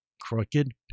crooked